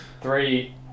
three